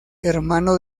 hermano